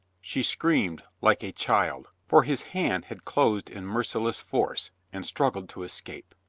she screamed like a child, for his hand had closed in merciless force, and struggled to escape.